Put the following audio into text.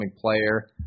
player